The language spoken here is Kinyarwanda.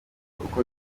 uko